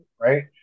right